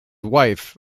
wife